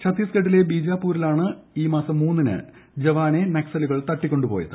ഛത്തീസ്ഗഡിലെ ബിജാപൂരിലാണ് ഈ മാസം മൂന്നിന് ജവാനെ നക്സലുകൾ തട്ടിക്കൊണ്ടുപോയത്